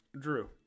Drew